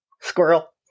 squirrel